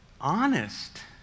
honest